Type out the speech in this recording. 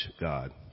God